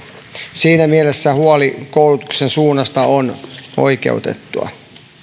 siinä mielessä huoli koulutuksen suunnasta on oikeutettua